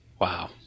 Wow